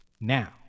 now